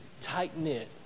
tight-knit